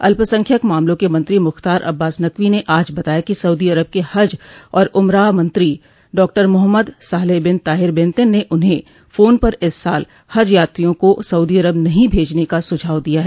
अल्पसंख्यक मामलों के मंत्री मुख्तार अब्बास नकवी ने आज बताया कि सऊदी अरब के हज और उमराह मंत्री Dr Mohammed Saleh bin Tahir Benten ने उन्हें फोन पर इस साल हज यात्रियों को सउदी अरब नहीं भेजने का सुझाव दिया है